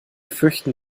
fürchten